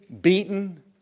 beaten